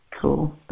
Cool